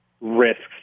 Risks